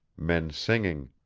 men singing.